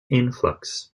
influx